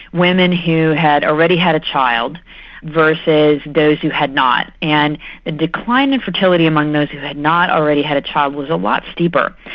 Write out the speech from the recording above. women who had already had a child versus those who had not. and the decline in fertility among those who had not already had a child was a lot steeper,